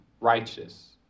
righteous